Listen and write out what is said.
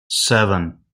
seven